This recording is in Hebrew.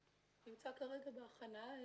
נמצא כרגע בהכנה.